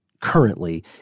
currently